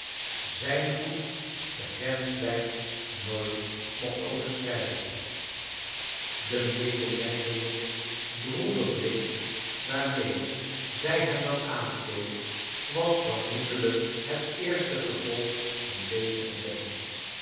zijn voet kleine dorrit de grenslijn nooit mocht overschrijden de medelijdende droeve blik waarmee zij hem dan aankeek was vormoedelijk hot ecrste gevolg van deze ontdekking